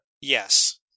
Yes